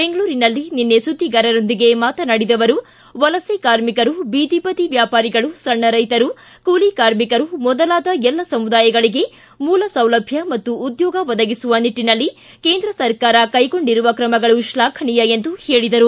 ಬೆಂಗಳೂರಿನಲ್ಲಿ ನಿನ್ನೆ ಸುದ್ದಿಗಾರರೊಂದಿಗೆ ಮಾತನಾಡಿದ ಅವರು ವಲಸೆ ಕಾರ್ಮಿಕರು ಬೀದಿ ಬದಿ ವ್ಯಾಪಾರಿಗಳು ಸಣ್ಣ ರೈತರು ಕೂಲಿ ಕಾರ್ಮಿಕರು ಮೊದಲಾದ ಎಲ್ಲ ಸಮುದಾಯಗಳಿಗೆ ಮೂಲಸೌಲಭ್ಡ ಮತ್ತು ಉದ್ಯೋಗ ಒದಗಿಸುವ ನಿಟ್ಟನಲ್ಲಿ ಕೇಂದ್ರ ಸರ್ಕಾರ ಕೈಗೊಂಡಿರುವ ಕ್ರಮಗಳು ಶ್ಲಾಘನೀಯ ಎಂದು ಹೇಳಿದರು